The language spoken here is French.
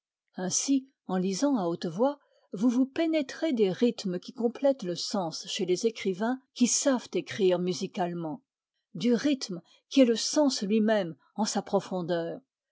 ainsi en lisant à haute voix vous vous pénétrez des rythmes qui complètent le sens chez les écrivains qui savent écrire musicalement du rythme qui est le sens lui-même en sa profondeur